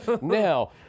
Now